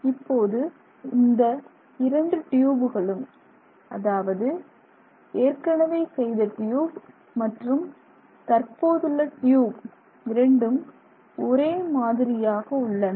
இப்போது இந்த இரண்டு ட்யூபுகளும் அதாவது ஏற்கனவே செய்த டியூப் மற்றும் தற்போதுள்ள டியூப் இரண்டும் ஒரே மாதிரியாக உள்ளன